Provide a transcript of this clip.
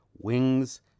Wings